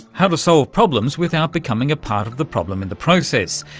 how to solve problems without becoming a part of the problem in the process.